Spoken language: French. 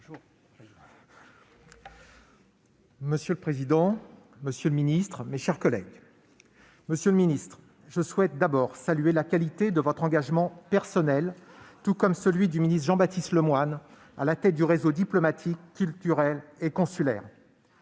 Monsieur le président, monsieur le ministre, mes chers collègues, je tiens tout d'abord, monsieur le ministre, à saluer la qualité de votre engagement personnel, tout comme celui du ministre Jean-Baptiste Lemoyne, à la tête du réseau diplomatique, culturel et consulaire.